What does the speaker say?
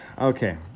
Okay